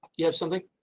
you have something.